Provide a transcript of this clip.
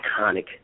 iconic